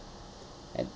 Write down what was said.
and